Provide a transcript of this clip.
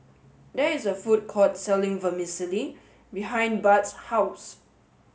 there is a food court selling Vermicelli behind Budd's house